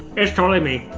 it's totally me.